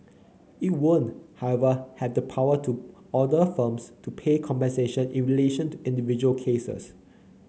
it won't however have the power to order firms to pay compensation in relation to individual cases